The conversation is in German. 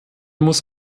muss